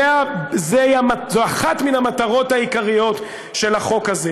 זו אחת מן המטרות העיקריות של החוק הזה,